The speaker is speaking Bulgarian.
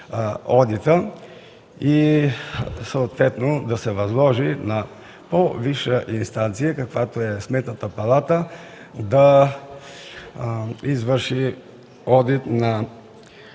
да се възложи на по-висша инстанция, каквато е Сметната палата, да извърши одит на